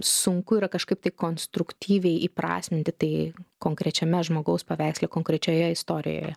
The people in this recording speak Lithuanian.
sunku yra kažkaip tai konstruktyviai įprasminti tai konkrečiame žmogaus paveiksle konkrečioje istorijoje